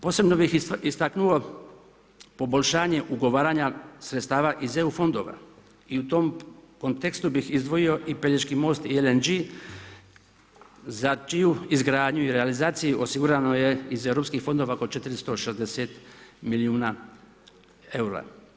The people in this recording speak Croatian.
Posebno bi istaknuo poboljšanje ugovaranja sredstava iz EU fondova i u tom kontekstu bi izdvojio i Pelješki most i LNG za čiju izgradnju i realizaciju osigurano je iz europskih fondova oko 460 milijuna eura.